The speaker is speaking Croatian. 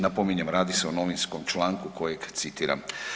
Napominjem, radi se o novinskom članku kojeg citiram.